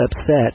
upset